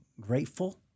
grateful